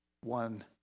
one